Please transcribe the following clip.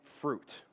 fruit